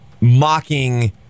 mocking